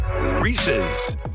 Reese's